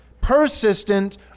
persistent